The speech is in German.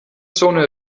zone